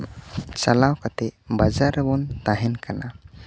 ᱪᱟᱞᱟᱣ ᱠᱟᱛᱮ ᱵᱟᱡᱟᱨ ᱨᱮᱵᱚᱱ ᱛᱟᱦᱮᱱ ᱠᱟᱱᱟ